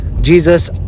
Jesus